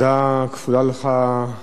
תודה כפולה לך,